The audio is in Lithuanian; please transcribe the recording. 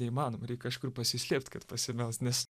neįmanoma reik kažkur pasislėpt kad pasimelst nes